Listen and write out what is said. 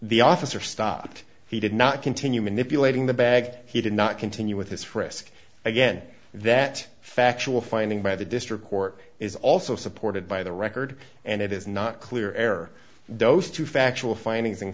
the officer stopped he did not continue manipulating the bag he did not continue with this risk again that factual finding by the district court is also supported by the record and it is not clear error those two factual findings in